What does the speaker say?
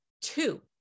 two